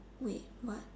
wait what